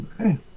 Okay